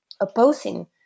opposing